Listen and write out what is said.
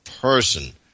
person